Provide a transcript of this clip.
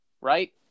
right